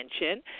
attention